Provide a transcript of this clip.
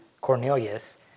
Cornelius